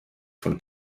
von